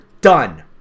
done